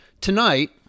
Tonight